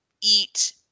eat